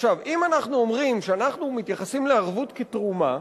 אם אנחנו אומרים שאנחנו מתייחסים לערבות כתרומה,